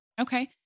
Okay